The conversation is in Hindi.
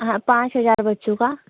हाँ पाँच हज़ार बच्चों का